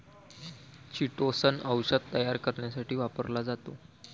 chitosan औषध तयार करण्यासाठी वापरला जातो